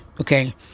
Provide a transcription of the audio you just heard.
Okay